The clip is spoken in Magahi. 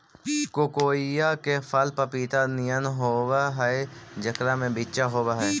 कोकोइआ के फल पपीता नियन होब हई जेकरा में बिच्चा होब हई